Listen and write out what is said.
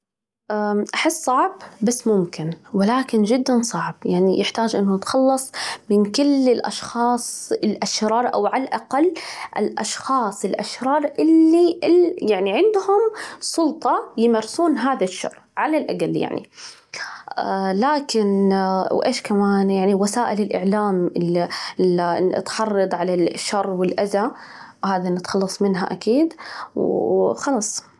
أحس صعب، بس ممكن، ولكن جدًا صعب، يعني يحتاج أن يتخلص من كل الأشخاص الأشرار، أو على الأقل الأشخاص الأشرار اللي يعني عندهم سلطة يمارسون هذا الشر على الأقل يعني، لكن، وأيش كمان؟ وسائل الإعلام التي تحرض على الشر والأذى، هذه نتخلص منها أكيد، وخلاص.